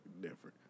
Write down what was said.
different